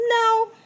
No